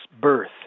birth